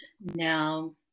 Now